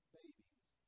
babies